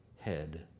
head